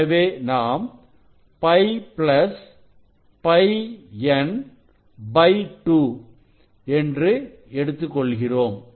எனவே நாம் π πN2 என்று எடுத்துக் கொள்கிறோம்